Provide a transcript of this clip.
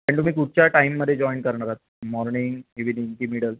पण तुम्ही कुठच्या टाईममध्ये जॉईन करणार आहात मॉर्निंग इव्हीनिंग की मिडल